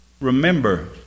Remember